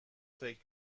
فکر